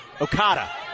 Okada